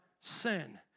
sin